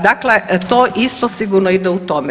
Dakle, to isto sigurno ide u tome.